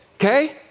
okay